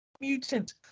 Mutant